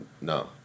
No